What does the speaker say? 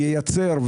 ייצר,